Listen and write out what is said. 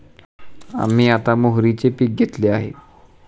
आम्ही आता मोहरीचे पीक घेतले आहे